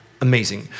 Amazing